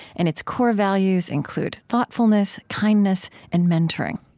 and its core values include thoughtfulness, kindness, and mentoring.